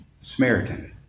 Samaritan